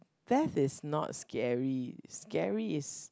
that is not scary scary is